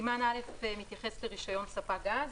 סימן א' מתייחס לרישיון ספק גז,